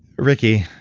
ricki,